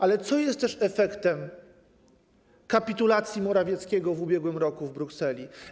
Ale co jest też efektem kapitulacji Morawieckiego w ubiegłym roku w Brukseli?